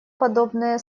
подобные